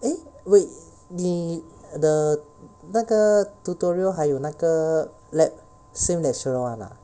eh wait 你的那个 tutorial 还有那个 lab same lecturer [one] ah